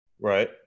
right